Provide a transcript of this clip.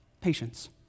patience